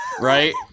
right